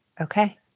Okay